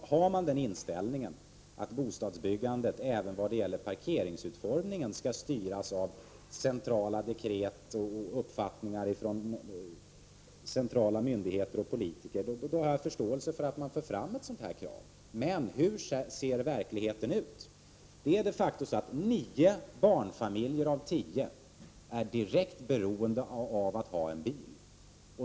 Om man har den inställningen att bostadsbyggandet även vad gäller parkeringsutformningen skall styras av centrala dekret och uppfattningar från centrala myndigheter och politiker, har jag förståelse för att sådana här krav förs fram. Men hur ser verkligheten ut? Nio barnfamiljer av tio är de facto direkt beroende av att ha en bil.